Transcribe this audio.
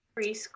Preschool